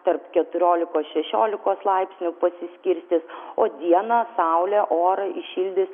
tarp keturiolikos šešiolikos laipsnių pasiskirstys o dieną saulė orą įšildys